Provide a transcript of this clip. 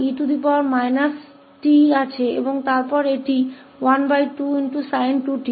तो e t है और फिर यह 12 sin 2𝑡 है